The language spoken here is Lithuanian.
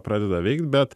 pradeda veikt bet